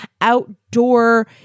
outdoor